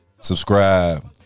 Subscribe